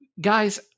guys